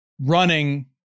running